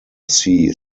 see